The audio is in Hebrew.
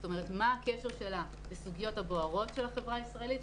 זאת אומרת מה הקשר שלה לסוגיות הבוערות של החברה הישראלית,